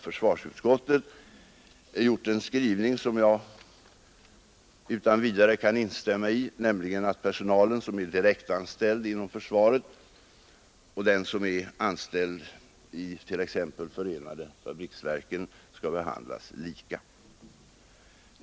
Försvarsutskottet har på denna punkt gjort en skrivning som jag utan vidare kan instämma i, nämligen att den personal som är direktanställd inom försvaret och den personal som är anställd inom t.ex. förenade fabriksverken skall behandlas lika.